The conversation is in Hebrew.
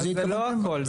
זה לא הכל,